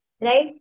right